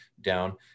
down